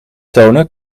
tonen